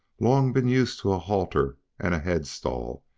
long been used to a halter and a head-stall,